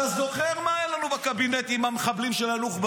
שרון ניר (ישראל ביתנו): מה קורה עם החטופים?